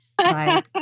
right